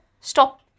stop